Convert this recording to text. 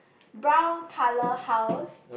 brown colour house